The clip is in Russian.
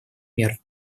мер